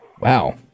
Wow